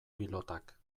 pilotak